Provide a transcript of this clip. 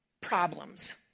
problems